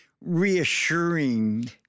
reassuring